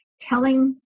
telling